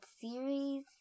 series